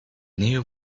new